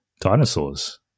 dinosaurs